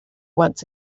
once